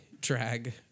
drag